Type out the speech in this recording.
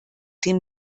den